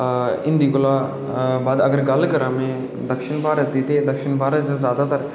हिंदी कोला बद्ध अगर गल्ल करां में दक्षिण भारत दी ते दक्षिण भारत च जादातर